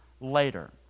later